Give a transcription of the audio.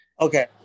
Okay